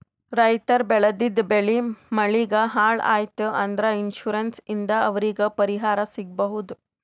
ರೈತರ್ ಬೆಳೆದಿದ್ದ್ ಬೆಳಿ ಮಳಿಗ್ ಹಾಳ್ ಆಯ್ತ್ ಅಂದ್ರ ಇನ್ಶೂರೆನ್ಸ್ ಇಂದ್ ಅವ್ರಿಗ್ ಪರಿಹಾರ್ ಸಿಗ್ಬಹುದ್